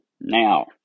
Now